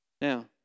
Now